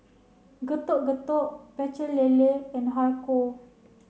Getuk Getuk Pecel Lele and Har Kow